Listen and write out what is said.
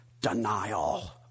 denial